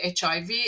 HIV